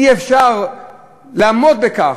אי-אפשר לעמוד בכך.